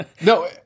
no